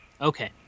Okay